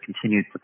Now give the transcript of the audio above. continued